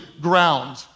ground